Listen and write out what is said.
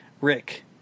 Rick